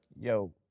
yo